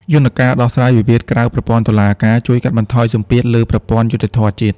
យន្តការដោះស្រាយវិវាទក្រៅប្រព័ន្ធតុលាការ ជួយកាត់បន្ថយសម្ពាធលើប្រព័ន្ធយុត្តិធម៌ជាតិ។